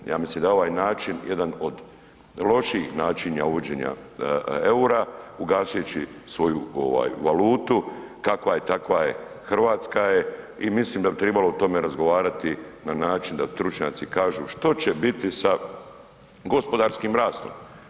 Ja mislim da je ovaj način jedan od lošijih načina uvođenja eura ugasujući svoju valutu, kakva je, takva je, hrvatska je i mislim da bi trebalo o tome razgovarati na način da stručnjaci kažu što će biti sa gospodarskim rastom.